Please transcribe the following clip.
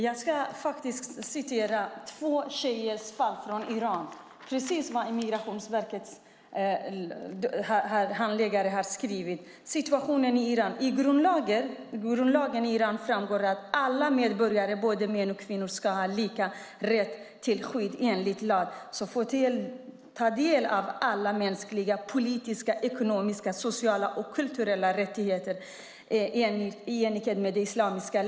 Jag ska citera vad Migrationsverkets handläggare har skrivit om situationen i Iran: "I grundlagen framgår att alla medborgare, både män och kvinnor, ska ha lika rätt till skydd enligt lag och få ta del av alla mänskliga, politiska, ekonomiska, sociala och kulturella rättigheter i enlighet med islamisk lag."